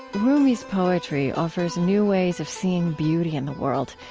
rumi's poetry offers new ways of seeing beauty in the world.